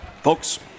Folks